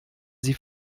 sie